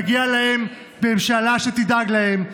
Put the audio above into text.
מגיע להם ממשלה שתדאג להם,